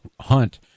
hunt